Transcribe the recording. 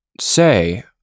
say